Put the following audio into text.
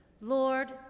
Lord